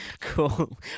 Cool